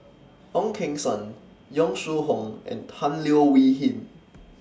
Ong Keng Sen Yong Shu Hoong and Tan Leo Wee Hin